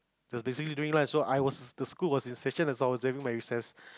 so basically during lunch so I was the school was in as I was having my recess